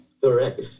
correct